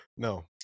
No